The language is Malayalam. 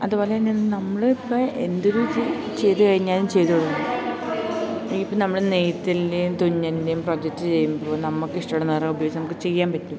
അതു പോലെ തന്നെ നമ്മൾ ഇപ്പം എന്തൊരു ചെയ്ത് ചെയ്ത് കഴിഞ്ഞാലും ചെയ്തോളും ഇപ്പം നമ്മൾ നെയ്ത്തിലെയും തുന്നലിൻറ്റെയും പ്രൊജക്റ്റ് ചെയ്യുമ്പോൾ നമുക്കിഷ്ടമുള്ള നിറം ഉപയോഗിച്ച് നമുക്ക് ചെയ്യാൻ പറ്റും